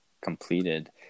completed